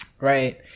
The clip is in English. Right